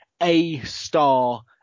A-star